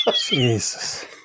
Jesus